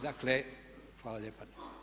Dakle, hvala lijepa.